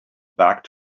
back